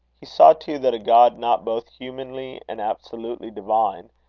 he saw too that a god not both humanly and absolutely divine,